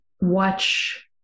watch